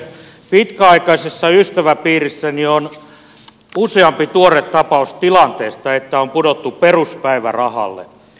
pitkäaikaisessa ystäväpiirissäni on useampi tuore tapaus tilanteesta että on pudottu peruspäivärahalle